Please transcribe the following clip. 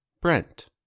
Brent